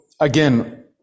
again